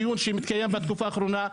בדיון שמתקיים בתקופה האחרונה,